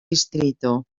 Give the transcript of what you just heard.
distrito